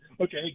Okay